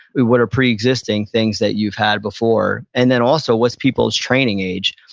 what are preexisting things that you've had before? and then also what's people's training age?